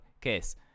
case